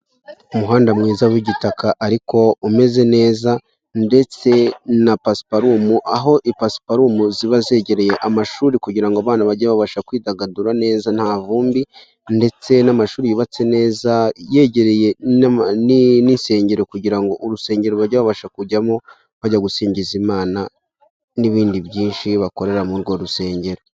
Umuhanda mwiza w'igitaka ariko umeze neza, ndetse na pasiparumu aho ipasiparumu ziba zegereye amashuri, kugira ngo abana bajye babasha kwidagadura neza nta vumbi. Ndetse n'amashuri yubatse neza yegereye n'insengero, kugira ngo urusengero bajye babasha kujyamo bajya gusingiza lmana, n'ibindi byinshi bakorera muri urwo rusengero.